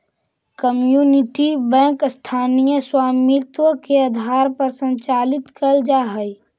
community bank स्थानीय स्वामित्व के आधार पर संचालित कैल जा हइ